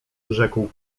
rzekł